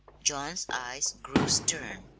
john's eyes grew stern.